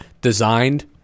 designed